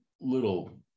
little